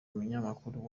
umunyamakuru